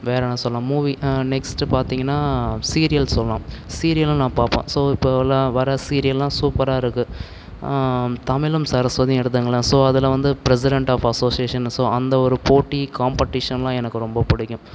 வேறு என்ன சொல்லாம் மூவி நெக்ஸ்ட் பார்த்திங்கன்னா சீரியல் சொல்லாம் சீரியலும் நான் பார்ப்பேன் ஸோ இப்போல்லாம் வர சீரியல்லாம் சூப்பராக இருக்கு தமிழும் சரஸ்வதியும் எடுத்துக்கங்களேன் ஸோ அதில் வந்து ப்ரெசிடெண்ட் ஆஃப் அசோசியேஷன் ஸோ அந்த ஒரு போட்டி காம்படேஷன்லாம் எனக்கு ரொம்ப பிடிக்கும்